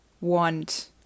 want